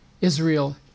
Israel